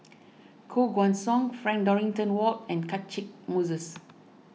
Koh Guan Song Frank Dorrington Ward and Catchick Moses